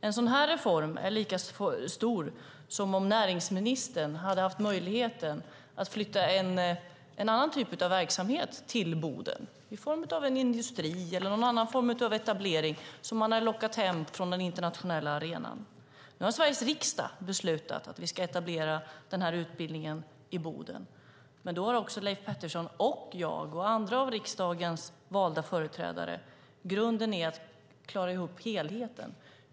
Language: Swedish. En sådan här reform är lika stor som om näringsministern hade haft möjlighet att flytta en annan typ av verksamhet till Boden, kanske en industri eller någon annan etablering som man lockat hem från den internationella arenan. Nu har Sveriges riksdag beslutat att vi ska etablera den här utbildningen i Boden. Då har också Leif Pettersson, jag och andra av riksdagens valda företrädare ansvar att få ihop helheten.